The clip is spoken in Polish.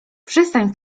przestań